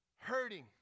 hurting